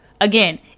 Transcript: Again